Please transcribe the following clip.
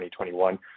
2021